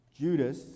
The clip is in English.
Judas